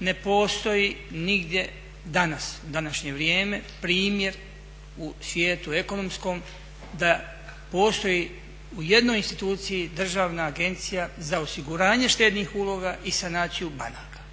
Ne postoji nigdje danas u današnje vrijeme primjer u svijetu ekonomskom da postoji u jednoj instituciji Državna agencija za osiguranje štednih uloga i sanaciju banaka.